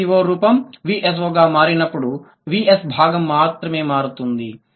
SVO రూపం VSO గా మారినప్పుడు VS భాగం మాత్రమే మారుతోంది